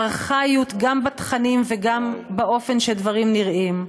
ארכאיות גם בתכנים וגם באופן שהדברים נראים,